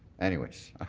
anyways, ah